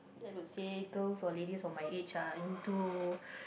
they will say girls or ladies on my age are into